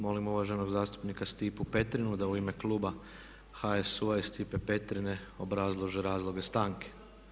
Molim uvaženog zastupnika Stipu Petrinu da u ime kluba HSU-a i Stipe Petrine obrazlože razloge stanke.